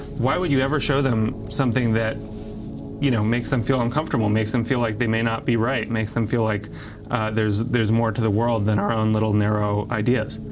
why would you ever show them something that you know makes them feel uncomfortable, makes them feel like they may not be right, makes them feel like there's there's more to the world than our own little narrow ideas?